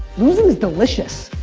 losing is delicious.